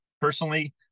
personally